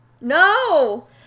No